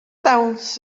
dawns